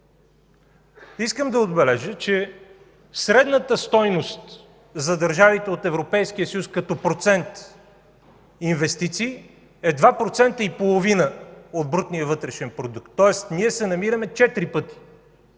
Искам да отбележа, че средната стойност за държавите от Европейския съюз като процент инвестиции е 2,5% от брутния вътрешен продукт, тоест ние се намираме четири пъти